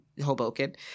Hoboken